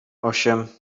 osiem